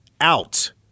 out